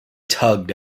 tugged